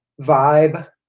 vibe